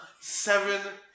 Seven